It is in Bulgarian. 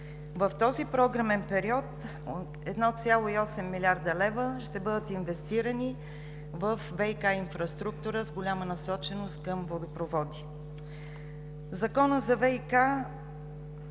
В този програмен период 1,8 млрд. лв. ще бъдат инвестирани във ВиК инфраструктура с голяма насоченост към водопроводи. Законът за ВиК